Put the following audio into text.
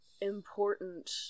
important